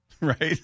right